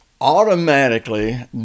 automatically